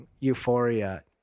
euphoria